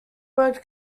word